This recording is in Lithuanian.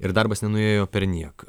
ir darbas nenuėjo perniek